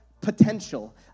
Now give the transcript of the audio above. potential